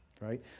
Right